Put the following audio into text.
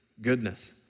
goodness